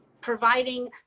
providing